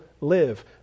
live